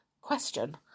question